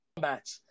match